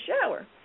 shower